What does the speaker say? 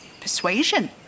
Persuasion